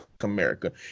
America